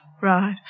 Right